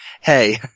Hey